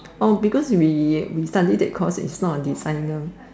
oh because we we study that course it's not a designer